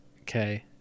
Okay